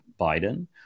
Biden